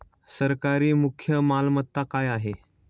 सरकारची मुख्य मालमत्ता काय आहे?